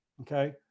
okay